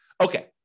Okay